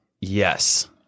Yes